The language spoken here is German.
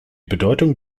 bedeutung